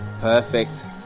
Perfect